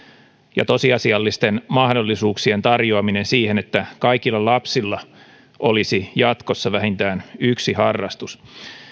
ja tosiasiallisten mahdollisuuksien tarjoaminen siihen että kaikilla lapsilla olisi jatkossa vähintään yksi harrastus